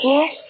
Yes